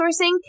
sourcing